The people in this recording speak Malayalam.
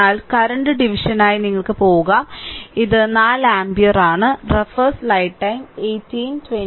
എന്നാൽ കറന്റ് ഡിവിഷനായി ഞങ്ങൾ പോകും ഇത് 4 ആമ്പിയർ ആണ്